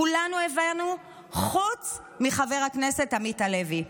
כולנו הבנו, חוץ מחבר הכנסת עמית הלוי.